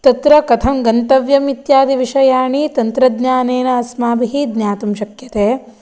तत्र कथं गन्तव्यम् इत्यादिविषायाः तन्त्रज्ञानेन अस्माभिः ज्ञातुं शक्यते